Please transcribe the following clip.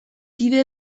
kide